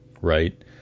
right